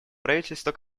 правительство